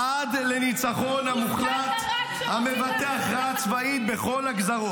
-- עד לניצחון המוחלט -- נזכרת רק כשרוצים להחזיר את החטופים.